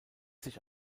sich